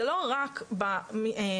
זה לא רק ברווחות,